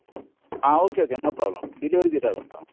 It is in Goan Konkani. आं okay okay no problem delivery दिता तुमकां